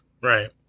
Right